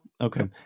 Okay